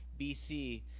BC